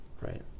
right